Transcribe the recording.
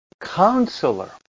Counselor